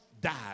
died